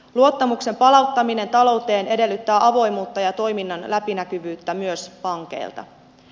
luottamuksen palauttaminen talouteen edellyttää avoimuutta ja toiminnan läpinäkyvyyttä myös pankeilta